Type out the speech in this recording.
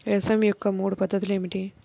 వ్యవసాయం యొక్క మూడు పద్ధతులు ఏమిటి?